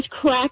crack